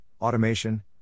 automation